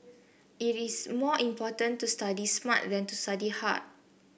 it is more important to study smart than to study hard